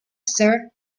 sir